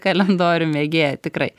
kalendorių mėgėja tikrai